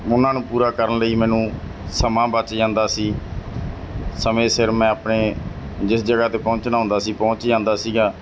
ਉਹਨਾਂ ਨੂੰ ਪੂਰਾ ਕਰਨ ਲਈ ਮੈਨੂੰ ਸਮਾਂ ਬੱਚ ਜਾਂਦਾ ਸੀ ਸਮੇਂ ਸਿਰ ਮੈਂ ਆਪਣੇ ਜਿਸ ਜਗ੍ਹਾ 'ਤੇ ਪਹੁੰਚਣਾ ਹੁੰਦਾ ਸੀ ਪਹੁੰਚ ਜਾਂਦਾ ਸੀਗਾ